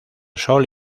sol